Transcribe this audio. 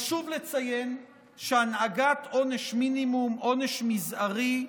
חשוב לציין שהנהגת עונש מינימום, עונש מזערי,